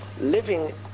living